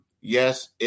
Yes